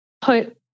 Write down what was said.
put